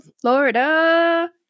Florida